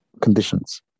conditions